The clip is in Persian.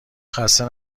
خسته